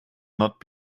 not